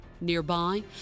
Nearby